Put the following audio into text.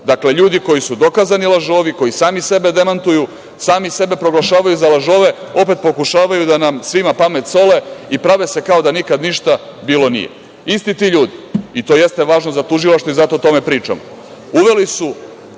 ljudi koji su dokazani lažovi, koji sami sebe demantuju, sami sebe proglašavaju za lažove, opet pokušavaju da nam svima pamet sole i prave se kao da nikad ništa bilo nije. Isti ti ljudi, i to jeste važno za tužilaštvo i zato o tome pričam, uveli su,